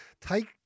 take